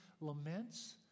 laments